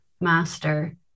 master